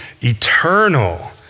eternal